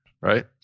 right